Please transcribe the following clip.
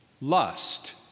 lust